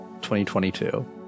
2022